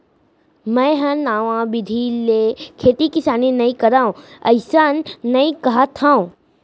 मैं हर नवा बिधि ले खेती किसानी नइ करव अइसन नइ कहत हँव